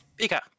Pika